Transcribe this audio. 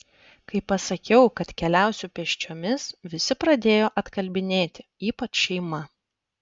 kai pasakiau kad keliausiu pėsčiomis visi pradėjo atkalbinėti ypač šeima